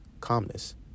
calmness